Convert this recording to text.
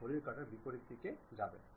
সে উদ্দেশ্যে আমি এই পক্ষটি ব্যবহার করতে চাই